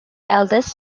eldest